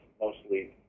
mostly